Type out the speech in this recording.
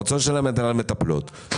אני לא רואה איך זה מטפל ביוקר